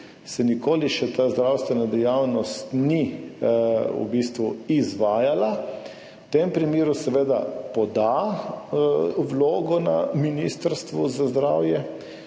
se nikoli še ta zdravstvena dejavnost ni v bistvu izvajala, v tem primeru seveda poda vlogo na Ministrstvu za zdravje.